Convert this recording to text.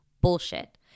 bullshit